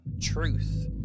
Truth